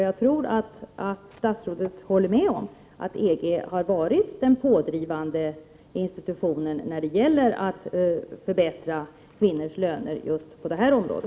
Jag tror att statsrådet håller med om att EG har varit den pådrivande institutionen när det gäller att förbättra kvinnors löner just på detta område.